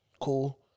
Cool